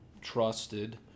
trusted